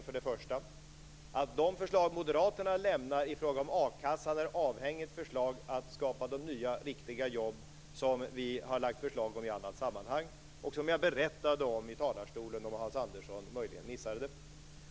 För det första är de förslag som Moderaterna lämnar i fråga om a-kassan avhängiga de förslag om att skapa nya riktiga jobb som vi har lagt fram i andra sammanhang. Jag berättade om dessa i talarstolen om Hans Andersson möjligen missade dem.